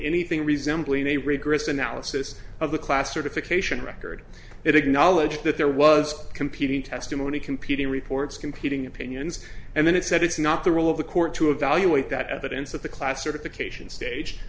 anything resembling a rigorous analysis of the classification record it acknowledged that there was competing testimony competing reports competing opinions and then it said it's not the role of the court to evaluate that evidence of the class certification stage